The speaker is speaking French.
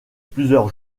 plusieurs